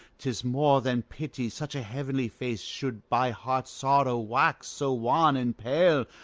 tis more than pity such a heavenly face should by heart's sorrow wax so wan and pale,